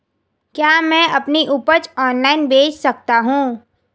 क्या मैं अपनी उपज ऑनलाइन बेच सकता हूँ?